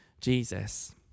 Jesus